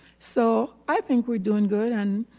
so i think we're doing good and